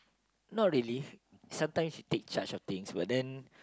not really sometimes she take charge of things but then